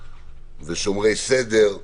ושומרי סדר.